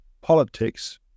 politics